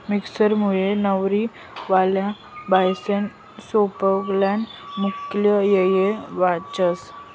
मिक्सरमुये नवकरीवाल्या बायास्ना सैपाकना मुक्ला येय वाचस